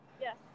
Yes